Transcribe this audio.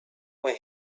when